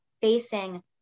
facing